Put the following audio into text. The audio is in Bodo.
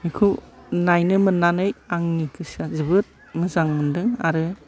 बेखौ नायनो मोननानै आंनि गोसोआ जोबोद मोजां मोन्दों आरो